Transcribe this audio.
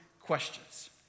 questions